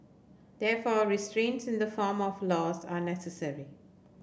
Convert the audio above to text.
therefore restraints in the form of laws are necessary